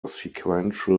sequential